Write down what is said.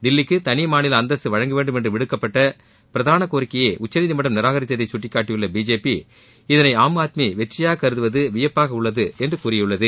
தில்லிக்கு தனி மாநில அந்தஸ்து வழங்கவேண்டும் என்று விடுக்கப்பட்ட பிரதான கோரிக்கையை உச்சநீதிமன்றம் நிராகித்ததை கட்டிக்காட்டியுள்ள பிஜேபி இதனை ஆம் ஆத்மி வெற்றியாக கருதுவது வியப்பாக உள்ளது என்று கூறியுள்ளது